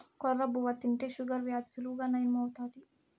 కొర్ర బువ్వ తింటే షుగర్ వ్యాధి సులువుగా నయం అవుతాది